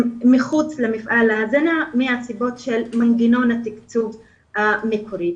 הם מחוץ למפעל ההזנה מהסיבות של מנגנון התקצוב המקורי.